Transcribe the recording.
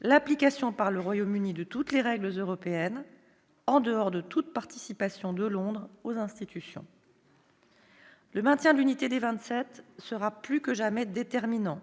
l'application par le Royaume-Uni de toutes les règles européennes, en dehors de toute participation de Londres aux institutions. Le maintien de l'unité des Vingt-Sept sera plus que jamais déterminant.